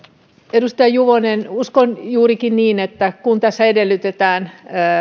edustaja juvonen uskon juurikin niin että kun tässä edellytetään t